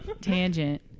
Tangent